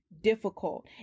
difficult